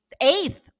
eighth